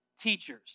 teachers